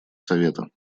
совета